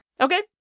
Okay